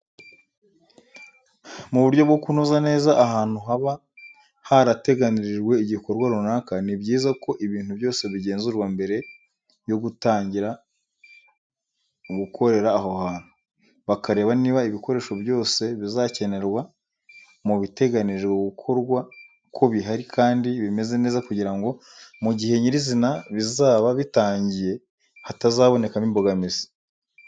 Mu buryo bwo kunoza neza ahantu haba harateganirijwe igikorwa runaka, ni byiza ko ibintu byose bigenzurwa mbere yo gutanguira gukorera aho hantu, bakareba niba ibikoresho byose bizakenerwa mu biteganijwe gukorwa ko bihari kandi bimeze neza kugirango mu gihe nyirizina bizaba bitangiye hatazabonekamo imbogamizi.